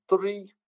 three